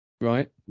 Right